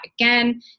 again